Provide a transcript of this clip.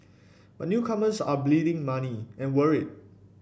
but newcomers are bleeding money and worried